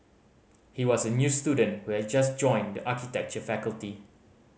he was a new student who had just joined the architecture faculty